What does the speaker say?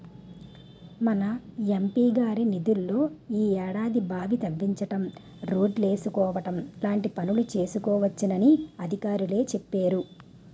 మన ఎం.పి గారి నిధుల్లో ఈ ఏడాది బావి తవ్వించడం, రోడ్లేసుకోవడం లాంటి పనులు చేసుకోవచ్చునని అధికారులే చెప్పేరు